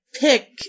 Pick